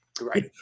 Right